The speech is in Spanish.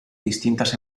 distintas